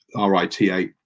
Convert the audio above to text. RITA